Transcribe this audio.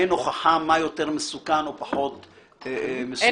אין הוכחה מה יותר מסוכן או פחות מסוכן.